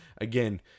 again